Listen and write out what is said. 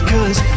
Cause